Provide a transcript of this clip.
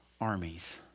armies